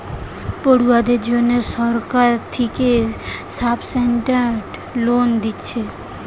পড়ুয়াদের জন্যে সরকার থিকে সাবসিডাইস্ড লোন দিচ্ছে